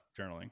journaling